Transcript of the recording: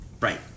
right